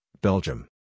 Belgium